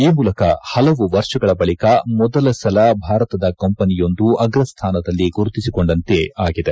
ಈ ಮೂಲಕ ಪಲವು ವರ್ಷಗಳ ಬಳಕ ಮೊದಲ ಸಲ ಭಾರತದ ಕಂಪನಿಯೊಂದು ಅಗ್ರಸ್ವಾನದಲ್ಲಿ ಗುರುತಿಸಿಕೊಂಡಂತೆ ಆಗಿದೆ